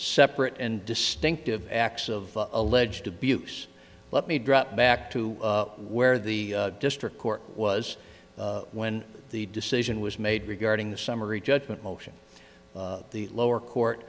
separate and distinct of acts of alleged abuse let me drop back to where the district court was when the decision was made regarding the summary judgment motion the lower court